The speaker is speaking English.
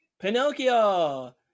pinocchio